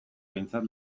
behintzat